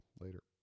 Later